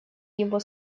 его